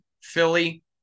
Philly